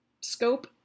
Scope